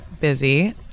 busy